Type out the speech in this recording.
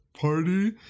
Party